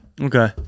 Okay